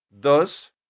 Thus